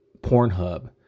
Pornhub